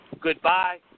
goodbye